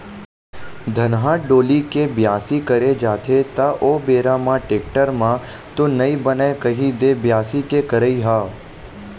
धनहा डोली के बियासी करे जाथे त ओ बेरा म टेक्टर म तो नइ बनय कही दे बियासी के करई ह?